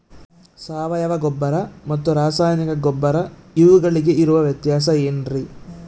ಸಾವಯವ ಗೊಬ್ಬರ ಮತ್ತು ರಾಸಾಯನಿಕ ಗೊಬ್ಬರ ಇವುಗಳಿಗೆ ಇರುವ ವ್ಯತ್ಯಾಸ ಏನ್ರಿ?